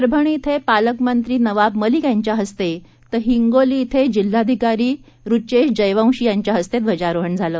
परभणी इथं पालकमंत्री नवाब मलिक यांच्या हस्ते तर हिंगोली इथं जिल्हाधिकारी रुचेश जयवंशी यांच्या हस्ते ध्वजारोहण झालं